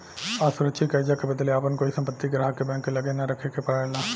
असुरक्षित कर्जा के बदले आपन कोई संपत्ति ग्राहक के बैंक के लगे ना रखे के परेला